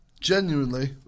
genuinely